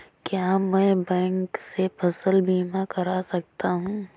क्या मैं बैंक से फसल बीमा करा सकता हूँ?